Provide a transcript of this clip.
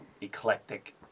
eclectic